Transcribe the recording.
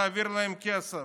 תעביר להם כסף,